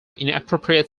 inappropriate